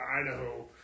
Idaho